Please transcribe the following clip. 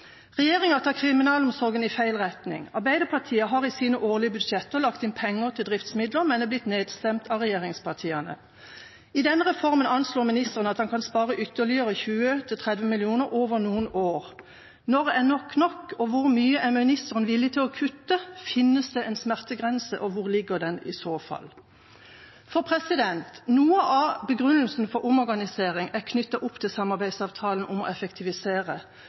Regjeringa tar kriminalomsorgen i feil retning. Arbeiderpartiet har i sine årlige budsjetter lagt inn penger til driftsmidler, men er blitt nedstemt av regjeringspartiene. I denne reformen anslår ministeren at han kan spare ytterligere 20–30 mill. kr over noen år. Når er nok nok, og hvor mye er ministeren villig til å kutte? Finnes det en smertegrense, og hvor ligger den, i så fall? Noe av begrunnelsen for omorganisering er knyttet opp til samarbeidsavtalen om å effektivisere